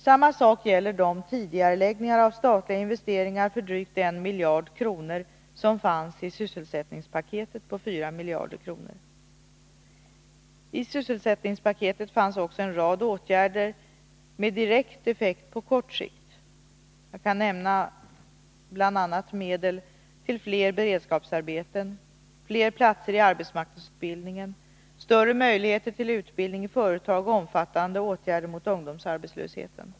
Samma sak gäller de tidigareläggningar av statliga investeringar för drygt 1 miljard kronor som fanns i sysselsättningspaketet på 4 miljarder kronor. I sysselsättningspaketet fanns också en rad åtgärder med direkt effekt på kort sikt. Jag kan bl.a. nämna medel till fler beredskapsarbeten, fler platser i arbetsmarknadsutbildningen, större möjligheter till utbildning i företag och omfattande åtgärder mot ungdomsarbetslösheten.